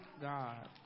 God